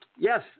Yes